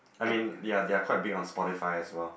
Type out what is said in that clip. I mean they are they are quite be on Spotify as well